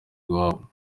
iwabo